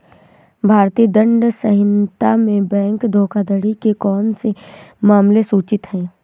भारतीय दंड संहिता में बैंक धोखाधड़ी के कौन से मामले सूचित हैं?